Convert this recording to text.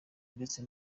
ndetse